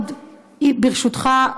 ברשותך,